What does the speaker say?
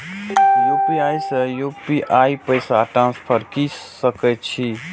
UPI से UPI पैसा transfer की सके छी?